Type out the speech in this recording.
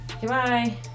Goodbye